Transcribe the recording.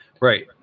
Right